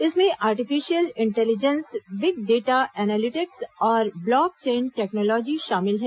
इनमें artificial intelligence big data analytics और blockchain technology शामिल है